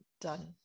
done